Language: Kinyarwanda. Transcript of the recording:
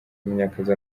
munyakazi